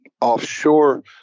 offshore